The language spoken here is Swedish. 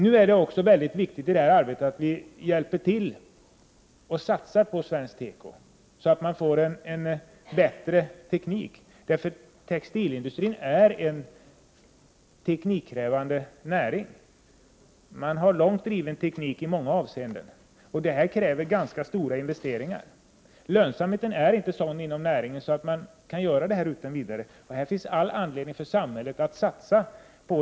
Nu är det också mycket viktigt att vi hjälper till och satsar på svensk teko, så att man får en bättre teknik. Textilindustrin är nämligen en teknikkrävande näring. Man har i många avseenden en långt driven teknik. Det här kräver ganska stora investeringar. Lönsamheten är inte sådan inom näringen att man utan vidare kan göra investeringar. Här finns det all anledning för samhället att satsa.